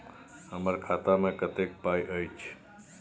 हमरा खाता में कत्ते पाई अएछ?